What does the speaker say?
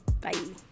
Bye